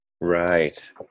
Right